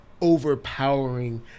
overpowering